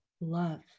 love